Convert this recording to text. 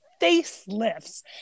facelifts